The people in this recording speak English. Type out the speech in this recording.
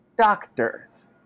Doctors